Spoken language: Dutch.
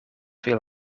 veel